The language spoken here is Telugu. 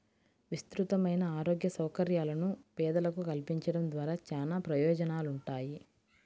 విస్తృతమైన ఆరోగ్య సౌకర్యాలను పేదలకు కల్పించడం ద్వారా చానా ప్రయోజనాలుంటాయి